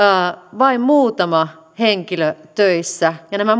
vain muutama henkilö töissä ja nämä